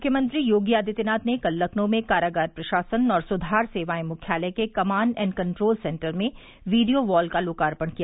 मुख्यमंत्री योगी आदित्यनाथ ने कल लखनऊ में कारागार प्रशासन और सुधार सेवाएं मुख्यालय के कमांड एण्ड कंट्रोल सेन्टर में वीडियो वॉल का लोकार्पण किया